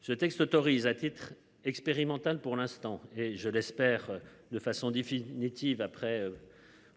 Ce texte autorise à titre expérimental pour l'instant et je l'espère de façon définitive après.